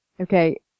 okay